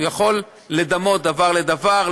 הוא יכול לדמות דבר לדבר,